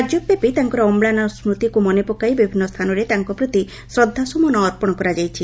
ରାଜ୍ୟବ୍ୟାପୀ ତାଙ୍କର ଅମ୍ଲାନ ସ୍ବୁତିକୁ ମନେପକାଇ ବିଭିନ୍ନ ସ୍ଚାନରେ ତାଙ୍କ ପ୍ରତି ଶ୍ରଦ୍ଧାସୁମନ ଅର୍ପଶ କରାଯାଇଛି